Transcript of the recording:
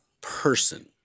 person